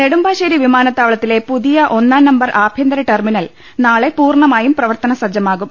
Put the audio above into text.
നെടുമ്പാശ്ശേരി വിമാനത്താവളത്തിലെ പുതിയ ഒന്നാം നമ്പർ ആഭ്യന്തര ടെർമിനൽ നാളെ പൂർണമായും പ്രവർത്തനസജ്ജമാകും